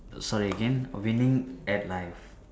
sorry again winning at life